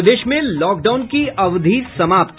प्रदेश में लॉकडाउन की अवधि समाप्त